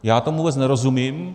Já tomu vůbec nerozumím.